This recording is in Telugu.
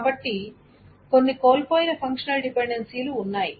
కాబట్టి కొన్ని కోల్పోయిన ఫంక్షనల్ డిపెండెన్సీలు ఉన్నాయి